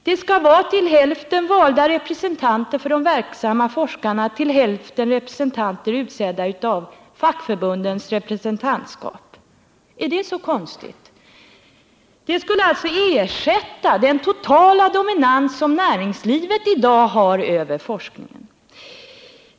Det skall till hälften vara valda representanter för de verksamma forskarna och till hälften representanter utsedda av fackförbundens representantskap. Är det så konstigt? Detta skulle ersätta den totala dominans som näringslivet i dag har över forskningen.